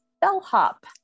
bellhop